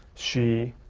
she